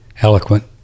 eloquent